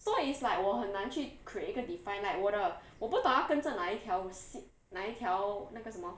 so is like 我很难去 create 一个 defined like 我的我不懂要跟着哪一条哪一条那个什么